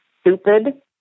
stupid